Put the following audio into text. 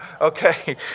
Okay